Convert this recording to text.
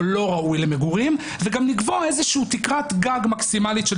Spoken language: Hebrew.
לא ראוי למגורים וגם לקבוע תקרת גג מקסימלית של